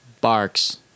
Barks